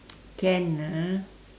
can ah